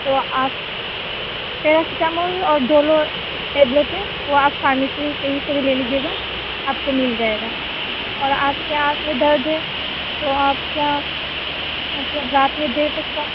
تو آپ paracetamol اور ڈولو ٹیبلٹ ہے وہ آپ فارمیسی کہیں سے بھی لے لیجیے گا آپ کو مل جائے گا اور آپ کے آنکھ میں درد ہے تو آپ کیا مطلب رات میں دیر تک فون